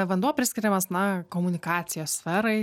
vanduo priskiriamas na komunikacijos sferai